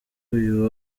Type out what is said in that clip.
uyu